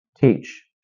teach